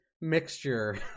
mixture